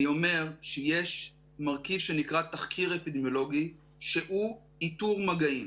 אני אומר שיש מרכיב שנקרא תחקיר אפידמיולוגי שהוא איתור מגעים.